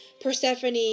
Persephone